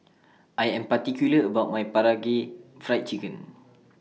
I Am particular about My Karaage Fried Chicken